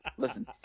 Listen